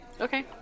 Okay